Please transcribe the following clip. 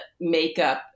makeup